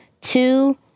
two